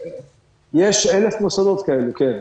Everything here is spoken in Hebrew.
יש 1,000 מוסדות כאלה, כן.